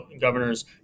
governor's